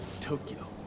Tokyo